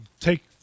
Take